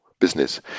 business